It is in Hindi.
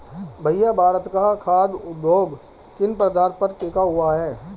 भैया भारत का खाघ उद्योग किन पदार्थ पर टिका हुआ है?